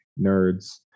nerds